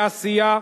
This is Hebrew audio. בעשייה בשטח.